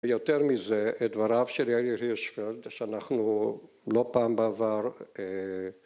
‫ויותר מזה, דבריו של יאיר הירשפלד, ‫שאנחנו לא פעם בעבר...